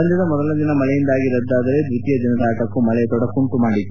ಪಂದ್ಯದ ಮೊದಲ ದಿನ ಮಳೆಯಿಂದಾಗಿ ರದ್ದಾದರೆ ದ್ವಿತೀಯ ದಿನದಾಟಕ್ಕೂ ಮಳೆ ತೊಡಕ್ಕುಂಟು ಮಾಡಿತ್ತು